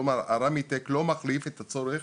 כלומר הרמיטק לא מחליף את הצורך